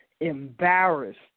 embarrassed